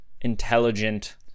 intelligent